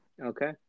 okay